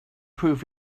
prove